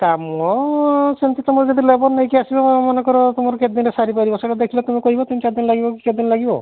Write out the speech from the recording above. କାମ ସେମତି ତୁମର ଯଦି ଲେବର ନେଇକି ଆସିବ ମନେକର ତୁମର କେତେଦିନରେ ସାରିପାରିବ ସେଇଟା ଦେଖିଲେ ତୁମେ କହିବ ତିନ ଚାରିଦିନ ଲାଗିବ କି କେତେଦିନ ଲାଗିବ